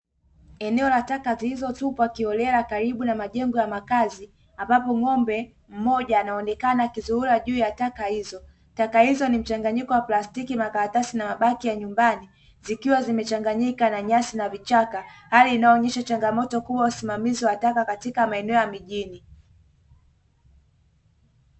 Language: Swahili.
Eneo la taka zilizotupwa kiholela karibu na majengo ya makazi ambapo ng'ombe mmoja anaonekana akizurura juu ya taka hizo, taka hizo ni mchanganyiko wa plastiki, makaratasi, na mabaki ya nyumbani zikiwa zimechanganyika na nyasi na vichaka, hali inayoonyesha changamoto kubwa usimamizi wa taka katika maeneo ya mijini.